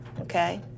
Okay